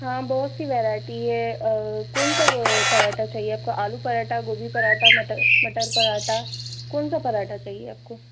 हाँ बहुत सी वेरायटी है कौन सा पराठा चाहिए आपको आलू पराठा गोभी पराठा मटर मटर पराटा कौन सा पराठा चाहिए आपको